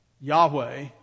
Yahweh